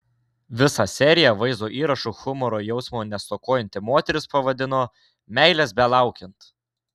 visą seriją vaizdo įrašų humoro jausmo nestokojanti moteris pavadino meilės belaukiant